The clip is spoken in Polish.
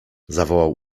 zawołał